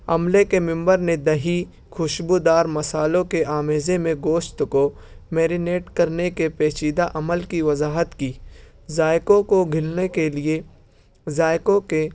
عملے کے ممبر نے دہی خوشبودار مسالوں کے آمیزے میں گوشت کو میرینیٹ کرنے کے پیچیدہ عمل کی وضاحت کی ذائقوں کو گھلنے کے لیے ذائقوں کے